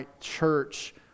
Church